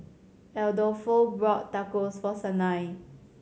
Adolfo bought Tacos for Sanai